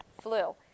flu